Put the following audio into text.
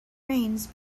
rains